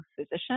physician